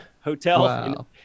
hotel